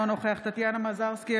אינו נוכח טטיאנה מזרסקי,